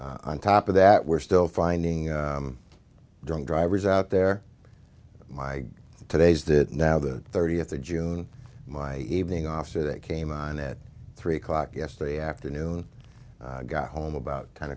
on top of that we're still finding drunk drivers out there my today's that now the thirtieth of june my evening officer that came on at three o'clock yesterday afternoon got home about ten